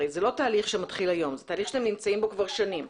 הרי זה לא תהליך שמתחיל היום אלא זה תהליך שאתם נמצאים בו כבר שנים.